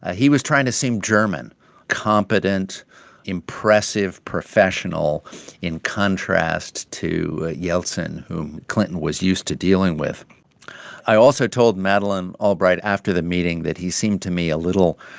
ah he was trying to seem german competent impressive, professional in contrast to yeltsin, whom clinton was used to dealing with i also told madeleine albright after the meeting that he seemed to me a little